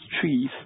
trees